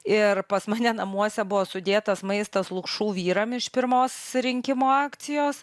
ir pas mane namuose buvo sudėtas maistas lukšų vyram iš pirmos rinkimo akcijos